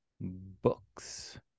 books